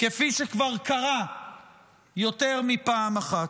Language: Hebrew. כפי שכבר קרה יותר מפעם אחת.